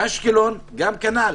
אשקלון, כנ"ל.